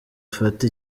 afata